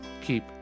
keep